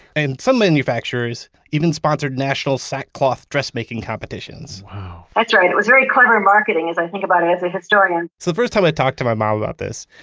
and some manufacturers even sponsored national sackcloth dressmaking competitions wow that's right. it was very clever marketing as i think about it as a historian. so the first time i talked to my mom about this,